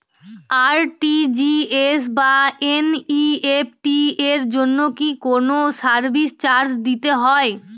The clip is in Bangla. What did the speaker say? আর.টি.জি.এস বা এন.ই.এফ.টি এর জন্য কি কোনো সার্ভিস চার্জ দিতে হয়?